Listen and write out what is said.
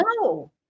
No